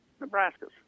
Nebraska's